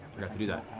to do that.